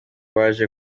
baje